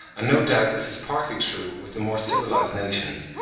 and no doubt this is partly true with the more civilised nations,